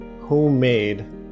homemade